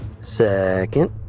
Second